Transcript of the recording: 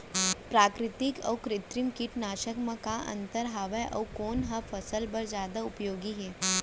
प्राकृतिक अऊ कृत्रिम कीटनाशक मा का अन्तर हावे अऊ कोन ह फसल बर जादा उपयोगी हे?